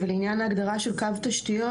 אבל לעניין ההגדרה של קו תשתיות,